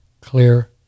clear